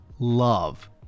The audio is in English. love